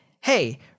Hey